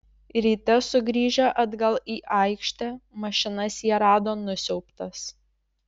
ryte sugrįžę atgal į aikštę mašinas jie rado nusiaubtas